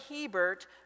Hebert